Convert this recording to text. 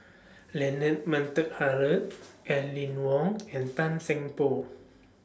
Leonard Montague Harrod Aline Wong and Tan Seng Poh